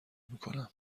میکنم